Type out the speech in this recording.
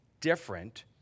different